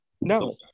No